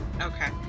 okay